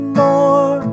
more